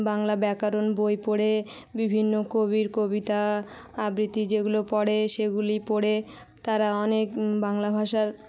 বাংলা ব্যাকারণ বই পড়ে বিভিন্ন কবির কবিতা আবৃতি যেগুলো পড়ে সেগুলি পড়ে তারা অনেক বাংলা ভাষার